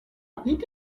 pity